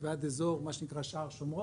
ועד אזור, מה שנקרא, שער שומרון,